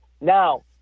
Now